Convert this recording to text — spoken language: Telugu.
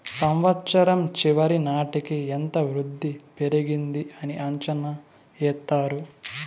సంవచ్చరం చివరి నాటికి ఎంత వృద్ధి పెరిగింది అని అంచనా ఎత్తారు